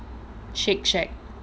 Shake Shack